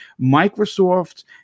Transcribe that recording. Microsoft